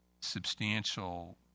substantial